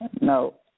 No